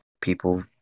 people